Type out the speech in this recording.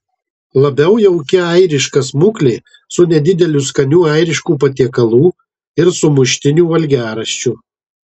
labiau jauki airiška smuklė su nedideliu skanių airiškų patiekalų ir sumuštinių valgiaraščiu